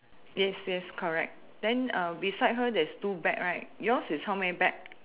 yes yes correct then uh beside her there is two bag right yours is how many bag